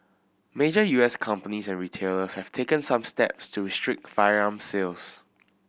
major U S companies and retailers have taken some steps to restrict firearm sales